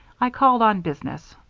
i called on business.